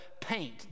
paint